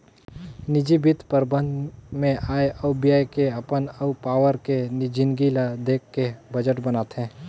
निजी बित्त परबंध मे आय अउ ब्यय के अपन अउ पावार के जिनगी ल देख के बजट बनाथे